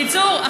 בקיצור,